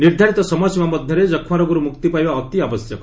ନିର୍ଦ୍ଧାରିତ ସମୟସୀମା ମଧ୍ୟରେ ଯକ୍ଷ୍ମାରୋଗର୍ ମୁକ୍ତି ପାଇବା ଅତି ଆବଶ୍ୟକ